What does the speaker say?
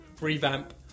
revamp